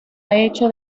hecho